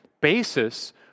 basis